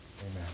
Amen